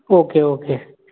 okay okay